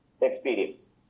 experience